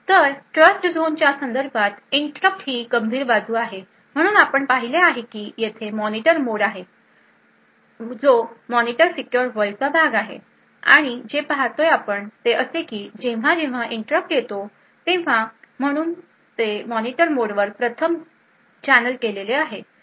तर ट्रस्टझोनच्या संदर्भात इंटरप्ट ही एक गंभीर बाजू आहे म्हणून आपण पाहिले आहे की येथे मॉनिटर मोड आहे म्हणून मॉनिटर सीक्युर वर्ल्डचा भाग आहे आणि जे आपण पाहतो ते असे की जेव्हा जेव्हा इंटरप्ट येतो तेव्हा म्हणून ते मॉनिटर मोडवर प्रथम चॅनेल केलेले आहे